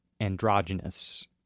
androgynous